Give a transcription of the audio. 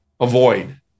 avoid